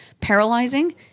paralyzing